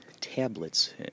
tablets